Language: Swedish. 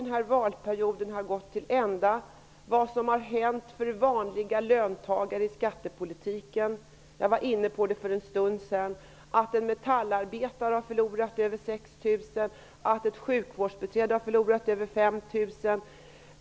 När valperioden nu snart har gått till ända och vi summerar vad som har hänt för vanliga löntagare i skattepolitiken -- jag var inne på det för en stund sedan -- finner vi att en metallarbetare har förlorat över 6 000 kr och ett sjukvårdsbiträde över 5 000.